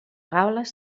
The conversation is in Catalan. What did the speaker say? gal·les